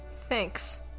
thanks